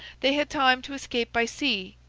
they had time to escape by sea,